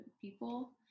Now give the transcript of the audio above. people